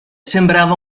sembrava